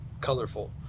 colorful